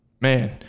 man